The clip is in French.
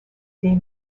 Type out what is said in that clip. des